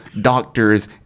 doctors